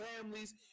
families